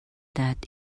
that